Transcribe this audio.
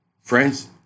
Friends